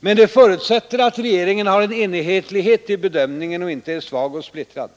Men det förutsätter att regeringen har en enhetlighet i bedömningen och inte är svag och splittrad.